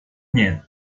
miedo